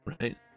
right